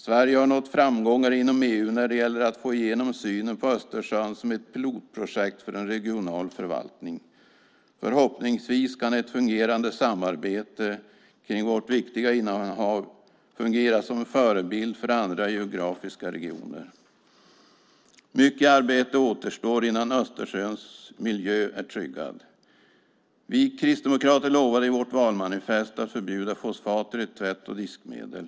Sverige har nått framgångar inom EU när det gäller att få Östersjön som ett pilotprojekt för en regional förvaltning. Förhoppningsvis kan ett fungerande samarbete kring vårt viktiga innanhav fungera som en förebild för andra geografiska regioner. Mycket arbete återstår innan Östersjöns miljö är tryggad. Vi kristdemokrater lovade i vårt valmanifest att förbjuda fosfater i tvätt och diskmedel.